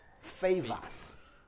favors